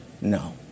No